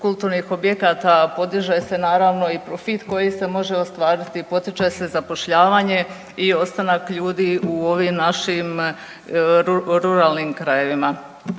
kulturnih objekata podiže naravno i profit koji se može ostvariti, potiče se zapošljavanje i ostanak ljudi u ovim našim ruralnim krajevima.